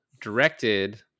directed